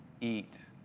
eat